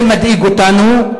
זה מדאיג אותנו.